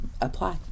apply